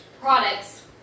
products